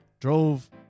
drove